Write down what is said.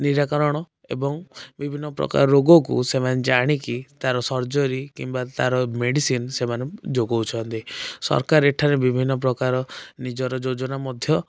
ନିରାକରଣ ଏବଂ ବିଭିନ୍ନ ପ୍ରକାର ରୋଗକୁ ସେମାନେ ଜାଣିକି ତାର ସର୍ଜରୀ କିମ୍ବା ତାର ମେଡ଼ିସିନ ସେମାନେ ଯୋଗାଉଛନ୍ତି ସରକାର ଏଠାରେ ବିଭିନ୍ନ ପ୍ରକାର ନିଜର ଯୋଜନା ମଧ୍ୟ